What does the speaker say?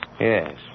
Yes